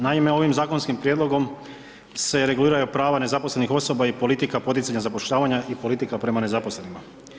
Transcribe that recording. Naime, ovim zakonskim prijedlogom se reguliraju prava nezaposlenih osoba i politika poticanja zapošljavanja i politika prema nezaposlenima.